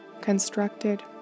constructed